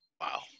Wow